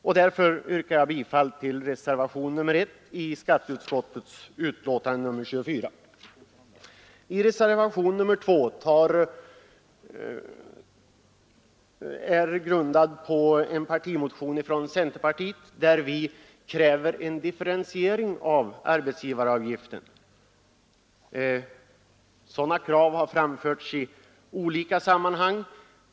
Jag yrkar därför bifall till reservationen 1 i skatteutskottets betänkande nr 24. I reservationen 2, som är grundad på en partimotion från centerpartiet, kräver vi en differentiering av arbetsgivaravgiften. Sådana krav har framförts i olika sammanhang.